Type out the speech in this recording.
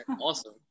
awesome